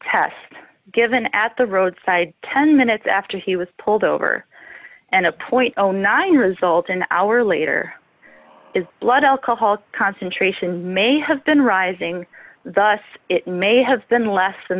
test given at the roadside ten minutes after he was pulled over and a point nine result an hour later is blood alcohol concentration may have been rising thus it may have been less than